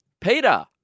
Peter